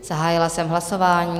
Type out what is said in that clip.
Zahájila jsem hlasování.